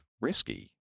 risky